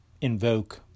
invoke